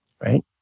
right